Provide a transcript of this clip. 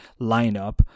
lineup